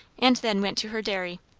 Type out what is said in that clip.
and then went to her dairy.